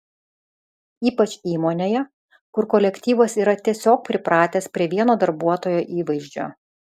ypač įmonėje kur kolektyvas yra tiesiog pripratęs prie vieno darbuotojo įvaizdžio